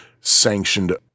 sanctioned